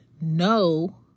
no